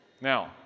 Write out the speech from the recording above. Now